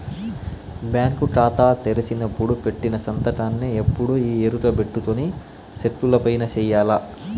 bank కాతా తెరిసినపుడు పెట్టిన సంతకాన్నే ఎప్పుడూ ఈ ఎరుకబెట్టుకొని సెక్కులవైన సెయ్యాల